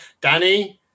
Danny